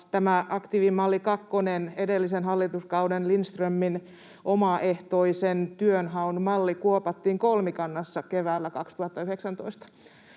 aktiivimalli kakkonen, edellisen hallituskauden Lindströmin omaehtoisen työnhaun malli, kuopattiin kolmikannassa keväällä 2019.